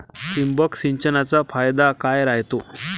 ठिबक सिंचनचा फायदा काय राह्यतो?